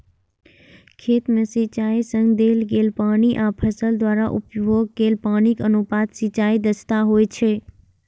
खेत मे सिंचाइ सं देल गेल पानि आ फसल द्वारा उपभोग कैल पानिक अनुपात सिंचाइ दक्षता होइ छै